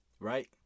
Right